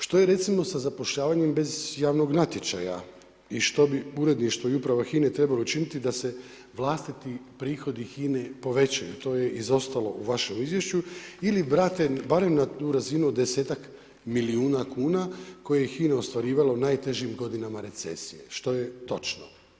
Što je recimo sa zapošljavanjem bez javnog natječaja i što bi uredništvo i uprava HINA trebalo učiniti da se vlastiti prihodi HINA povećaju, to je izostalo u važem izvješću ili vrate barem na tu razinu desetak milijuna kuna koje je HINA ostvarivala u najtežim godinama recesije, što je točno.